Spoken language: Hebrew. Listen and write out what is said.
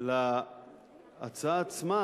להצעה עצמה,